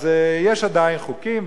אז יש עדיין חוקים,